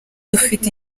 dufite